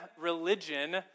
religion